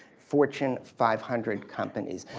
fortune five hundred companies.